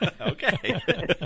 Okay